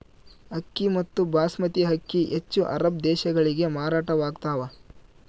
ಅಕ್ಕಿ ಮತ್ತು ಬಾಸ್ಮತಿ ಅಕ್ಕಿ ಹೆಚ್ಚು ಅರಬ್ ದೇಶಗಳಿಗೆ ಮಾರಾಟವಾಗ್ತಾವ